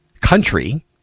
country